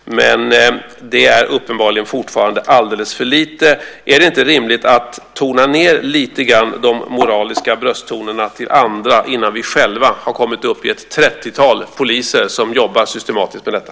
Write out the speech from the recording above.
Men det är uppenbarligen fortfarande alldeles för lite. Är det inte rimligt att lite grann tona ned de moraliska brösttonerna till andra innan vi själva har kommit upp i ett 30-tal poliser som jobbar systematiskt med detta?